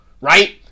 right